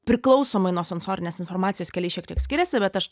priklausomai nuo sensorinės informacijos keliai šiek tiek skiriasi bet aš